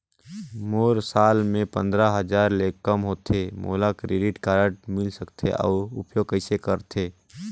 मोर साल मे पंद्रह हजार ले काम होथे मोला क्रेडिट कारड मिल सकथे? अउ उपयोग कइसे करथे?